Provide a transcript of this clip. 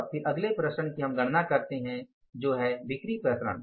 और फिर अगले विचरण की हम गणना करते हैं जो है बिक्री विचरण